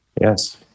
Yes